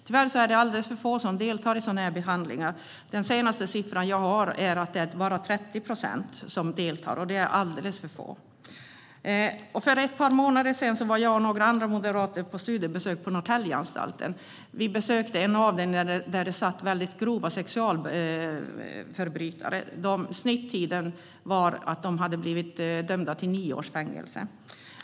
Tyvärr är det alldeles för få som deltar i sådana här behandlingar. Enligt den senaste siffra jag sett är det bara 30 procent som deltar, och det är alldeles för få. För ett par månader sedan var jag och några andra moderater på studiebesök på Norrtäljeanstalten. Vi besökte en avdelning där det satt väldigt grova sexualförbrytare som dömts till i genomsnitt nio års fängelse.